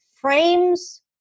frames